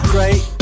Great